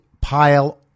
pile